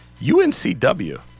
UNCW